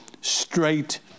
straight